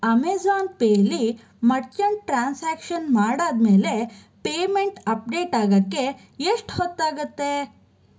Amazon ಪೇಯಲ್ಲಿ merchant transaction ಮಾಡಾದ ಮೇಲೆ ಪೇಮೆಂಟ್ ಅಪ್ಡೇಟ್ ಆಗೋಕ್ಕೆ ಎಷ್ಟು ಹೊತ್ತಾಗತ್ತೆ